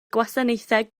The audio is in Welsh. gwasanaethau